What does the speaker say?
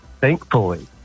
thankfully